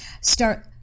start